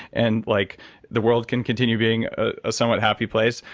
and like the world can continue being a somewhat happy place.